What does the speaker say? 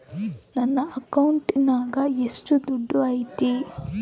ನನ್ನ ಅಕೌಂಟಿನಾಗ ಎಷ್ಟು ದುಡ್ಡು ಐತಿ?